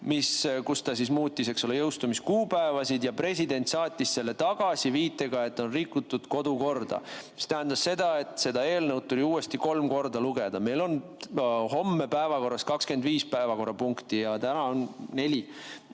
kus ta muutis jõustumiskuupäevasid, ja president saatis selle tagasi viitega, et on rikutud kodukorda. See tähendas seda, et seda eelnõu tuli uuesti kolm korda lugeda. Meil on homme päevakorras 25 päevakorrapunkti ja täna on neli.